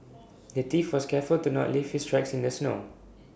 the thief was careful to not leave his tracks in the snow